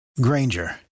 Granger